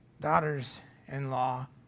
daughters-in-law